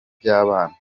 ry’abana